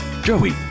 Joey